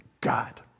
God